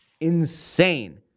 insane